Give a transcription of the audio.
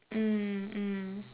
mm mm